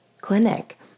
clinic